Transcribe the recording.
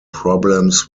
problems